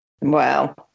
Wow